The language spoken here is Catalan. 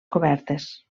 cobertes